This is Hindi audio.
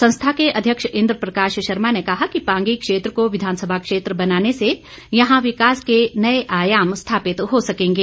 संस्था के अध्यक्ष इंद्र प्रकाश शर्मा ने कहा कि पांगी क्षेत्र को विघानसभा क्षेत्र बनाने से यहां विकास के नए आयाम स्थापित हो सकेंगे